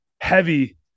heavy